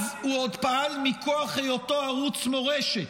אז הוא עוד פעל מכוח היותו ערוץ מורשת.